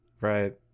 Right